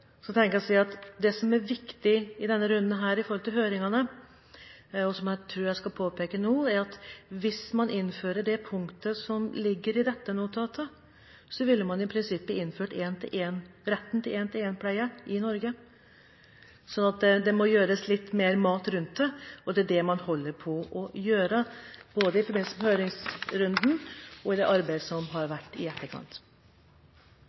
tenker jeg at det som er viktig i denne runden med høringene – og som jeg tror jeg skal påpeke nå – er at hvis man innfører det punktet i dette notatet, vil man i prinsippet innføre retten til en til en-pleie i Norge. En må få litt mer substans rundt dette, og det er det man holder på med, både i forbindelse med høringsrunden og i arbeidet man har